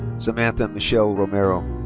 samantha michelle romero.